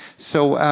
so,